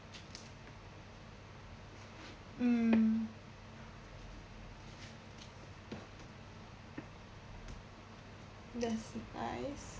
mm that's nice